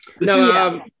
No